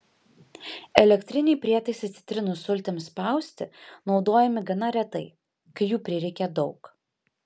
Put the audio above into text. elektriniai prietaisai citrinų sultims spausti naudojami gana retai kai jų prireikia daug